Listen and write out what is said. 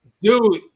dude